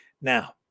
Now